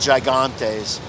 Gigantes